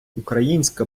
українська